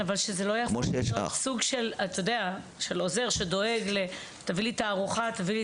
שזה לא יהפוך לסוג של עוזר שדואג להביא את הארוחה.